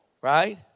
right